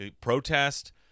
Protest